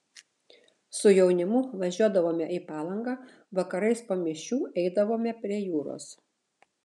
su jaunimu važiuodavome į palangą vakarais po mišių eidavome prie jūros